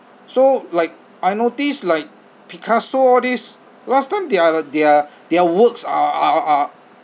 so like I notice like picasso all these last time their their their works are are are